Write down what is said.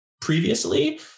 previously